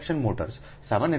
સામાન્ય રીતે 0